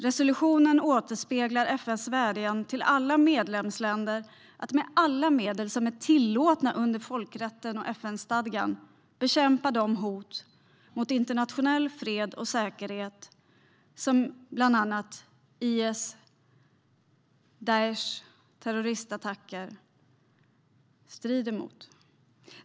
Resolutionen återspeglar FN:s vädjan till alla medlemsländer att med alla medel som är tillåtna under folkrätten och FN-stadgan bekämpa de hot mot internationell fred och säkerhet som bland andra IS, Daish och terrorattackerna strider för.